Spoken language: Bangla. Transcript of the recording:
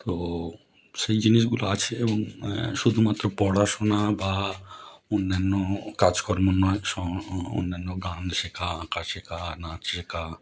তো সেই জিনিসগুলো আছে এবং শুধুমাত্র পড়াশোনা বা অন্যান্য কাজকর্ম নয় স অন্যান্য গান শেখা আঁকা শেখা নাচ শেখা